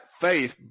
faith